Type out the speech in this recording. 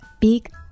big